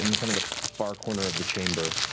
in kind of the far corner of the chamber,